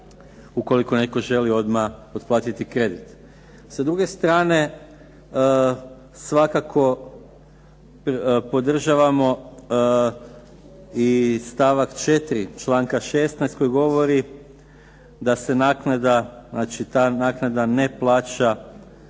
ukoliko netko želi odmah otplatiti kredit. S druge strane, svakako podržavamo i stavak 4. članka 16. koji govori da se naknada, znači ta naknada ne plaća